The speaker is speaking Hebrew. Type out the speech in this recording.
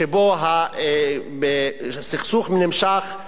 שבו הסכסוך נמשך,